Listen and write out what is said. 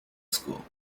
school